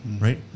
right